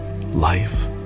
life